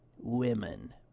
women